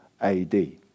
AD